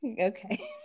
Okay